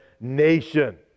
nation